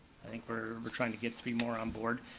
i think we're we're trying to get three more on board.